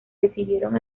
recibieron